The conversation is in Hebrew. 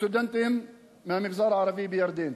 סטודנטים מהמגזר הערבי בירדן?